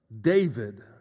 David